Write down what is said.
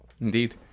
Indeed